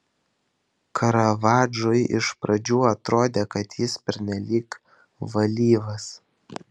karavadžui iš pradžių atrodė kad jis pernelyg valyvas